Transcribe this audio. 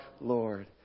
Lord